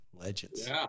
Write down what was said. legends